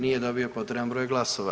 Nije dobio potreban broj glasova.